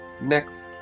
Next